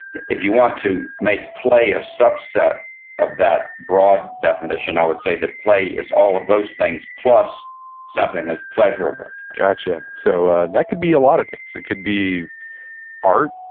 if you want to make play a subset of that broad definition, i would say that play is all of those things plus something that's pleasurable gotcha. so, ah that could be a lot of things. it could be art.